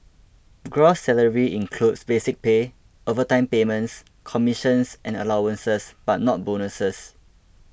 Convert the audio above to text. gross salary includes basic pay overtime payments commissions and allowances but not bonuses